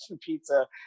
pizza